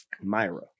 Myra